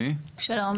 שלום,